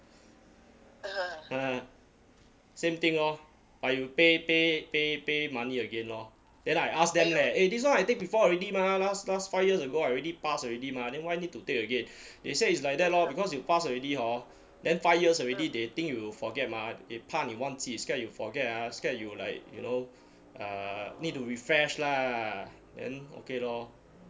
ah same thing orh but you pay pay pay pay money again orh then I ask them leh eh this one I take before already behind mah last last five years ago I already pass already mah then why need to take again they said it's like that lor because you pass already hor then five years already they think you forget mah they 怕你忘记 scared you forget ah scared you like you know uh need to refresh lah then ok lor